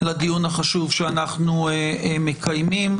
לדיון החשוב שאנחנו מקיימים.